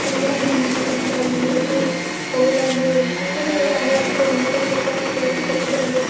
କାହିଁକିନା ହିନ୍ଦୀ ଆଉ ଇଂରାଜୀ ସବୁବେଳେ ଆମେ ମାନେ ଆମେ ଅଧିକ ଉନ୍ନତ ହେଲେ ତ ସେଇ ଭାଷାକୁ ବି ଆମେ